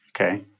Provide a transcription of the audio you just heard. Okay